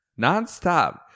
nonstop